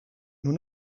nur